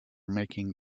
making